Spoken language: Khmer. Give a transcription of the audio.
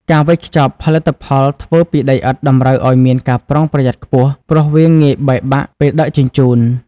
ការវេចខ្ចប់ ផលិតផលធ្វើពីដីឥដ្ឋតម្រូវឱ្យមានការប្រុងប្រយ័ត្នខ្ពស់ ព្រោះវាងាយបែកបាក់ពេលដឹកជញ្ជូន។